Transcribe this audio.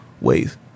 ways